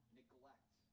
neglect